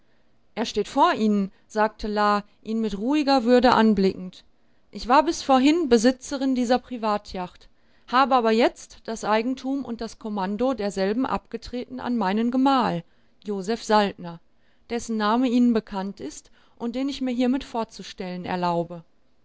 er steht vor ihnen sagte la ihn mit ruhiger würde anblickend ich war bis vorhin besitzerin dieser privatyacht habe aber jetzt das eigentum und das kommando derselben abgetreten an meinen gemahl josef saltner dessen name ihnen bekannt ist und den ich mir hiermit vorzustellen erlaube